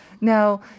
Now